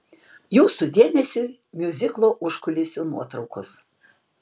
jūsų dėmesiui miuziklo užkulisių nuotraukos